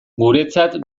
guretzat